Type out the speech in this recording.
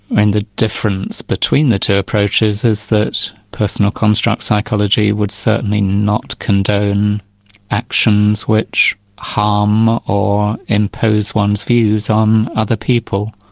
and the difference between the two approaches is that personal construct psychology would certainly not condone actions which harm or impose one's views on other people.